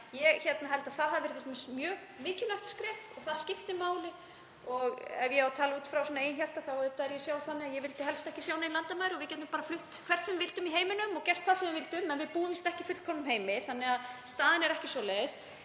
Ég held að þetta hafi verið mjög mikilvægt skref og það skiptir máli. Ef ég á að tala út frá eigin hjarta þá vildi ég helst ekki sjá nein landamæri og við gætum bara flutt hvert sem við vildum í heiminum og gert hvað sem við vildum, en við búum ekki í fullkomnum heimi þannig að staðan er ekki svoleiðis.